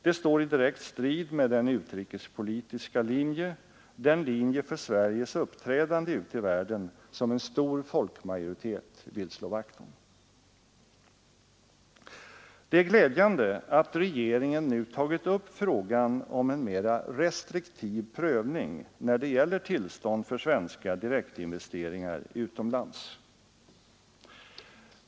Det står i direkt strid med den utrikespolitiska linje, den linje för Sveriges uppträdande ute i världen, som en stor folkmajoritet vill slå vakt om. Det är glädjande att regeringen nu tagit upp frågan om en mera restriktiv prövning när det gäller tillstånd för svenska direktinvesteringar utomlands.